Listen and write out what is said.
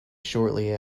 shortly